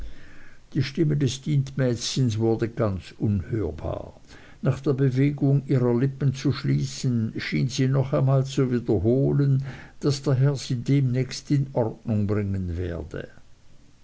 die stimme des dienstmädchens wurde ganz unhörbar nach der bewegung ihrer lippen zu schließen schien sie noch einmal zu wiederholen daß der herr sie demnächst in ordnung bringen werde